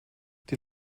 die